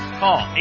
call